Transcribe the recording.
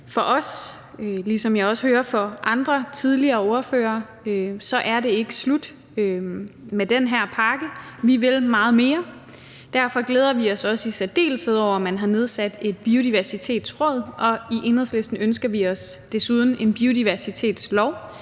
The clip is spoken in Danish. For os, ligesom jeg hører det heller ikke er for andre, tidligere ordførere, er det ikke slut med den her pakke. Vi vil meget mere. Derfor glæder vi os også i særdeleshed over, at man har nedsat et biodiversitetsråd, og i Enhedslisten ønsker vi os desuden en biodiversitetslov,